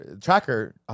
tracker